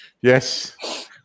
Yes